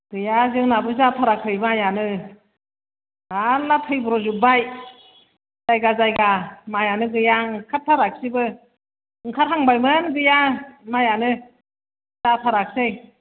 गैया जोंनाबो जाथाराखै माइआनो थारल्ला थैब्र'जोबबाय जायगा जायगा माइआनो गैया ओंखारथारासैबो ओंखारहांबायमोन गैया माइआनो जाथारासै